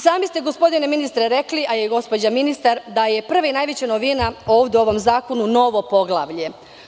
Sami ste gospodine ministre rekli, a i gospođa ministar, da je prva najveća novina ovde u ovom zakonu novo poglavlje.